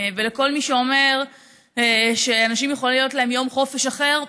לכל מי שאומר שאנשים יכול להיות להם יום חופש אחר,